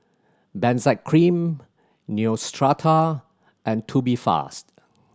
Benzac Cream Neostrata and Tubifast